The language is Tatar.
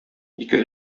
ике